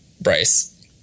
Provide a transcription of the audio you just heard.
Bryce